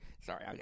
Sorry